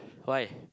why